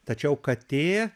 tačiau katė